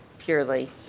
Purely